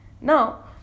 Now